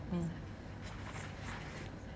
mm